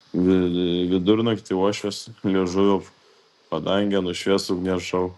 vidurnaktį uošvės liežuvio padangę nušvies ugnies šou